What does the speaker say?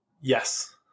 Yes